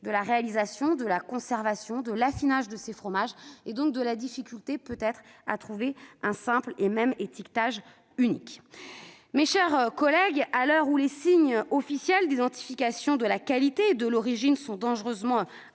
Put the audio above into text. de la réalisation, de la conservation, de l'affinage de ces fromages, donc sur la difficulté à trouver un étiquetage simple et unique. Mes chers collègues, à l'heure où les signes officiels d'identification de la qualité et de l'origine sont dangereusement attaqués